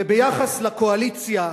וביחס לקואליציה,